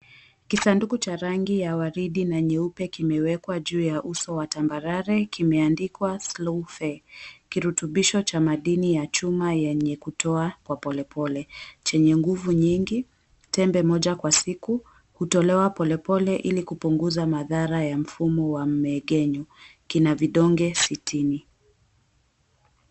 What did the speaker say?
Kisanduku cha rangi ya waridi na nyeupe kimewekwa juu ya uso wa tambarare, kimeandikwa, Slow Fe. Kirutubisho cha madini ya chuma yenye kutoa kwa polepole, chenye nguvu nyingi, tembe moja kwa siku hutolewa polepole ili kupunguza madhara ya mfumo wa mmeng'enyo. Kina vidonge sitini.